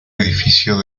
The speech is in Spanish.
edificio